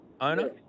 owner